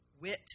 wit